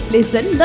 Listen